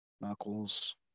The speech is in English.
knuckles